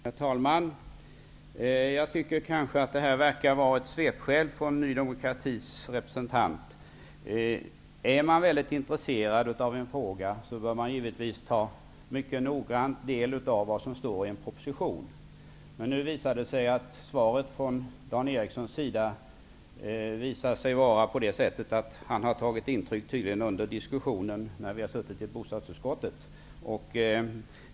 Herr talman! Jag tycker att detta verkar vara ett svepskäl från Ny demokratis representant. Om man är mycket intresserad av en fråga, bör man mycket noggrant ta del av vad som står i en proposition. Men nu visar svaret från Dan Eriksson i Stockholm att han tydligen har tagit intryck under diskussionen i bostadsutskottet.